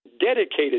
dedicated